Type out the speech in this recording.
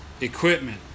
equipment